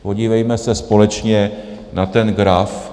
Podívejme se společně na ten graf.